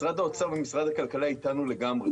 משרד האוצר ומשרד הכלכלה איתנו לגמרי,